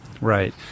right